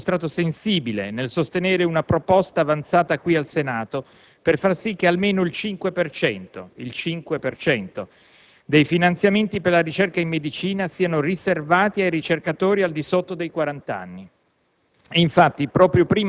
Per questo il Governo si è dimostrato sensibile nel sostenere una proposta avanzata qui al Senato per far sì che almeno il 5 per cento - ripeto il 5 per cento - dei finanziamenti per la ricerca in medicina siano riservati ai ricercatori al di sotto dei quarant'anni.